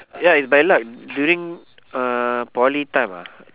ya it's by luck during uh poly time ah